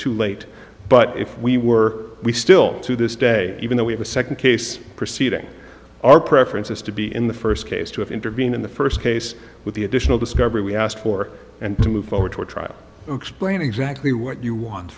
too late but if we were we still to this day even though we have a second case proceeding our preference is to be in the first case to intervene in the first case with the additional discovery we asked for and to move forward to a trial explain exactly what you want